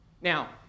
Now